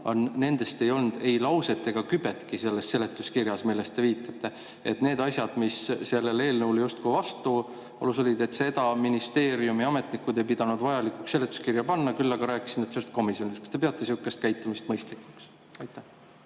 Aga nendest ei olnud ei lauset ega kübetki selles seletuskirjas, millele te viitate. Neid [fakte], mis selle eelnõuga justkui vastuolus on, ministeeriumi ametnikud ei pidanud vajalikuks seletuskirja panna. Küll aga nad rääkisid sellest komisjonis. Kas te peate sellist käitumist mõistlikuks? Aitäh!